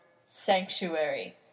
Sanctuary